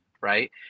right